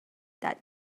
that